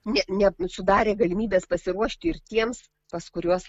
ne ne nu sudarė galimybes pasiruošti ir tiems pas kuriuos